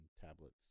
tablets